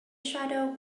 shadow